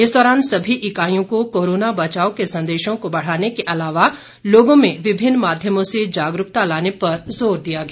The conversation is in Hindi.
इस दौरान सभी इकाईयों को कोरोना बचाव के संदेशों को बढ़ाने के अलावा लोगों में विभिन्न माध्यमों से जागरूकता लाने पर जोर दिया गया